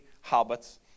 habits